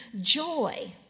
joy